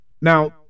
Now